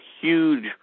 huge